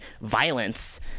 violence